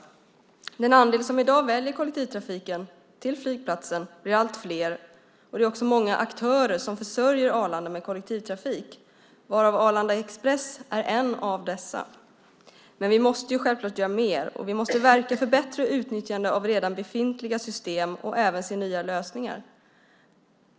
De som i dag väljer kollektivtrafiken till flygplatsen blir allt fler. Det är också många aktörer som försörjer Arlanda med kollektivtrafik. Arlanda Express är en av dessa. Men vi måste självfallet göra mer, och vi måste verka för bättre utnyttjande av redan befintliga system och även se nya lösningar.